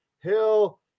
Hill